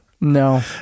No